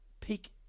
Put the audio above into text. peak